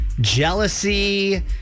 jealousy